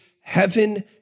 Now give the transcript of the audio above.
heaven